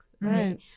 Right